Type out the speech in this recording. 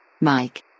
Mike